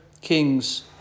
kings